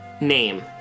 Name